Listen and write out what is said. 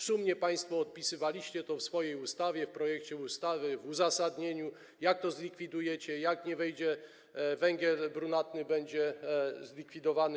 Szumnie państwo opisywaliście to w swojej ustawie, w projekcie ustawy, w uzasadnieniu, jak to zlikwidujecie, jak nie wejdzie węgiel brunatny do spalania, będzie zlikwidowany.